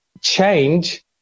change